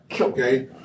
Okay